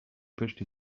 pushed